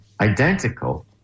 identical